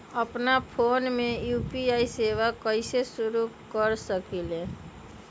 अपना फ़ोन मे यू.पी.आई सेवा कईसे शुरू कर सकीले?